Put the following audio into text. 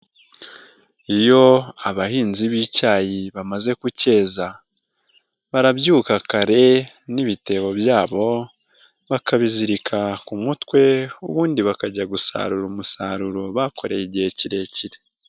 Iyo abahinzi b'icyayi bamaze kucyeza, barabyuka kare n'ibitebo byabo bakabizirika ku mutwe, ubundi bakajya gusarura umusaruro bakoreye igihe kirekire.